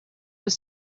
were